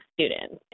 students